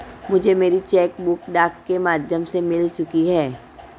मुझे मेरी cheque book डाक के माध्यम से मिल चुकी है